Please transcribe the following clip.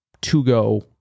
to-go